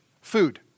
food